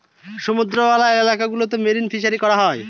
সমুদ্রওয়ালা এলাকা গুলোতে মেরিন ফিসারী করা হয়